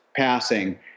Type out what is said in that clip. passing